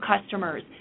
customers